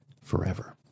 forever